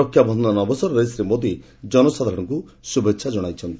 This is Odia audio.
ରକ୍ଷାବନ୍ଧନ ଅବସରରେ ଶ୍ରୀ ମୋଦି ଜନସାଧାରଣଙ୍କୁ ଶୁଭେଚ୍ଛା ଜଣାଇଛନ୍ତି